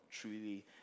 truly